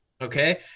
okay